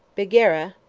bigerra,